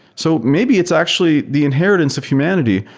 so maybe it's actually the inheritance of humanity.